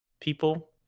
people